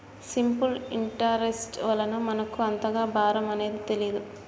simple interest వలన మనకు అంతగా భారం అనేది తెలియదు